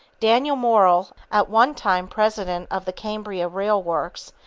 daniel morrell, at one time president of the cambria rail works,